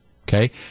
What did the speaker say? Okay